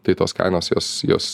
tai tos kainos jos jos